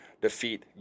defeat